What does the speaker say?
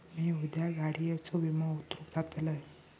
मी उद्या गाडीयेचो विमो उतरवूक जातलंय